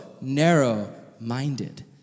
narrow-minded